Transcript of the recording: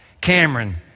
Cameron